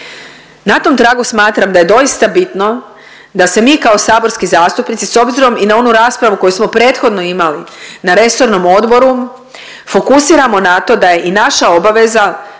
Na tom tragu smatram da je doista bitno da se mi kao saborski zastupnici s obzirom i na onu raspravu koju smo prethodno imali na resornom odboru fokusiramo na to da je i naša obaveza